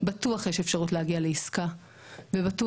בטוח שיש אפשרות להגיע לעסקה והעסקה